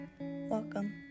welcome